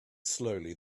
slowly